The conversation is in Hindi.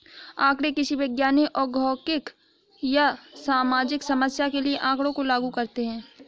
आंकड़े किसी वैज्ञानिक, औद्योगिक या सामाजिक समस्या के लिए आँकड़ों को लागू करते है